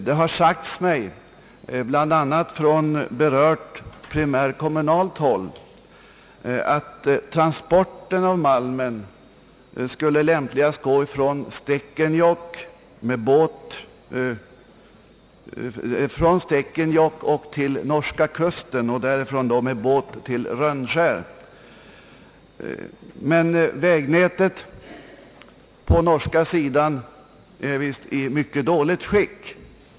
Det har sagts mig, bl.a. från berört primärkommunalt håll, att transporten av malmen lämpligast skulle gå från Stekenjokk till norska kusten och därifrån med båt till Rönnskär. Vägnätet på den norska sidan om gränsen är dock i ett mycket dåligt skick.